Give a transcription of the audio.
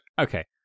okay